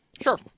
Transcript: Sure